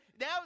now